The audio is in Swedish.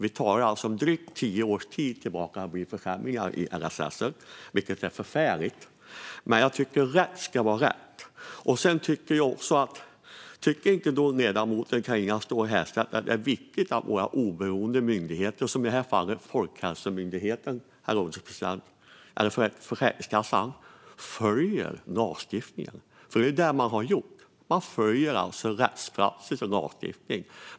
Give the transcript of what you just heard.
Vi talar alltså om drygt tio års tid med försämringar i LSS, vilket är förfärligt, men jag tycker att rätt ska vara rätt. Tycker inte ledamoten Carina Ståhl Herrstedt dessutom att det är viktigt att våra oberoende myndigheter, i det här fallet Försäkringskassan, följer lagstiftningen? Det är ju det man har gjort. Man följer rättspraxis och lagstiftning.